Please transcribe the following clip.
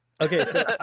Okay